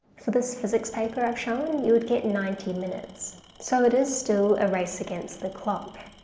for this physics paper i've shown you would get ninety minutes so it is still a race against the clock.